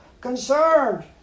concerned